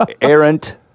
errant